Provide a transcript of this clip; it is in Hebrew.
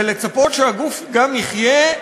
ולצפות שהגוף גם יחיה,